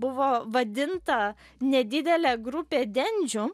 buvo vadinta nedidelė grupė dendžių